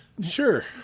Sure